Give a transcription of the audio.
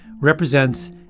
represents